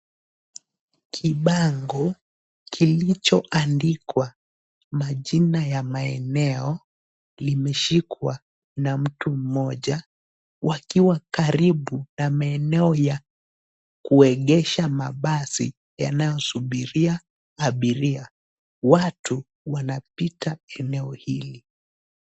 Kibango kilichoandikwa majina ya maeneo limeshikwa na mtu mmoja wakiwa karibu na maeneo ya kuegesha mabasi yanayosubiria abiria. Watu wanapita eneo hili.